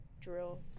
drill